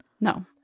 no